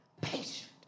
patient